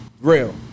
Real